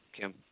kim